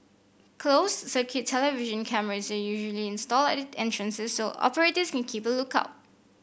closed circuit television camera usually installed at the entrances so operators can keep a look out